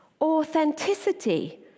Authenticity